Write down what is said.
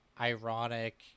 ironic